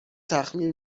تخمیر